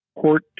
court